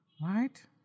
Right